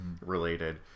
related